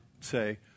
say